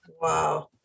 Wow